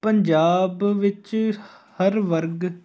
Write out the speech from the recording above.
ਪੰਜਾਬ ਵਿੱਚ ਹਰ ਵਰਗ